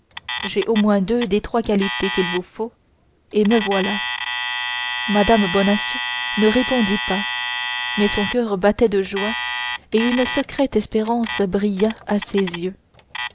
j'ai au moins deux des trois qualités qu'il vous faut et me voilà mme bonacieux ne répondit pas mais son coeur battait de joie et une secrète espérance brilla à ses yeux